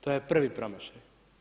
To je prvi promašaj.